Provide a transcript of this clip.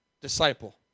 disciple